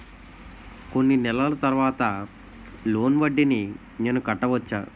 కొన్ని నెలల తర్వాత లోన్ వడ్డీని నేను కట్టవచ్చా?